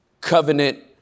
covenant